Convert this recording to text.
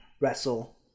wrestle